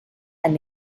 and